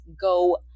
go